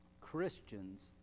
Christians